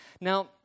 Now